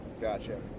Gotcha